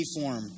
form